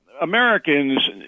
Americans